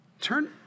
Turn